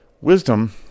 wisdom